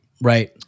Right